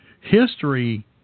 History